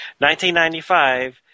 1995